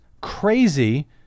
crazy